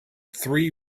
three